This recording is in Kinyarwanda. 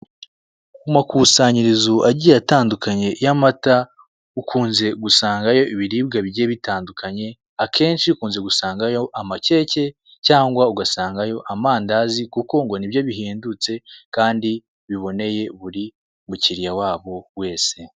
Mu makusanyirizo agiye atandukanye y'amata, ukunze gusangayo ibiribwa bigiye bitandukanye akenshi ukunze gusangayo ama cake cyangwa ugasangayo amandazi kuko ngo ni byo bihendutse kandi biboneye buri mukiriya wabo wese.